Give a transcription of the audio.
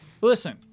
Listen